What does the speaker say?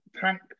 tank